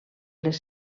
les